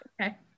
Okay